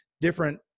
different